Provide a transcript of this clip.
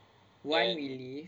why we leave